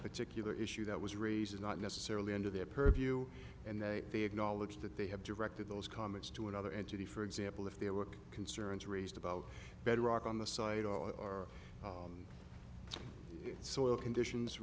particular issue that was raised is not necessarily under their purview and they acknowledge that they have directed those comments to another entity for example if there were concerns raised about bedrock on the side or soil conditions